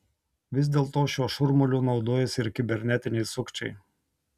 vis dėlto šiuo šurmuliu naudojasi ir kibernetiniai sukčiai